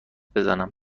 بزنم